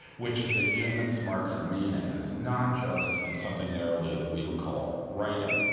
which is that humans mark for meaning. and it's not just in something narrowly that we would call writing.